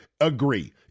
agree